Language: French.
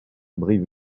brive